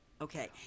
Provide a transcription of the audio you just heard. Okay